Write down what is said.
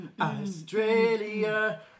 Australia